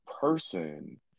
person